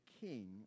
King